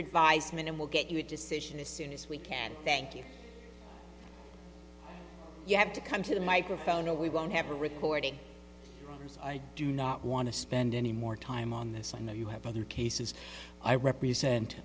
advisement and we'll get you a decision as soon as we can thank you you have to come to the microphone or we won't have a recording as i do not want to spend any more time on this i know you have other cases i represent